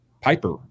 Piper